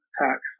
tax